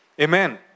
Amen